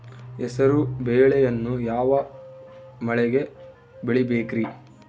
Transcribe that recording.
ಹೆಸರುಬೇಳೆಯನ್ನು ಯಾವ ಮಳೆಗೆ ಬೆಳಿಬೇಕ್ರಿ?